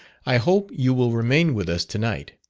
i hope you will remain with us to-night.